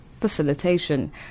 facilitation